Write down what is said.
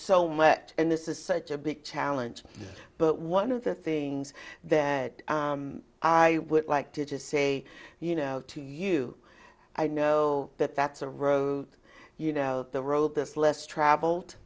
so much and this is such a big challenge but one of the things that i would like to just say you know to you i know that that's a road you know the road there's less traveled